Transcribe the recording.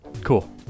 cool